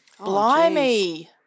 Blimey